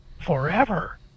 forever